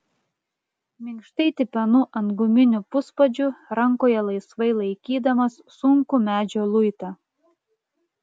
minkštai tipenu ant guminių puspadžių rankoje laisvai laikydamas sunkų medžio luitą